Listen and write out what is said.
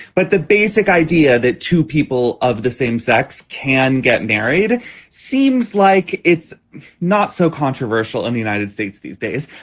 but the basic idea that two people of the same sex can get married seems like it's not so controversial in the united states these days.